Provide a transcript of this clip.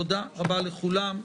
תודה רבה לכולם.